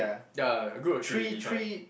ya group of three will be fine